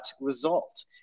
result